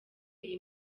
iyi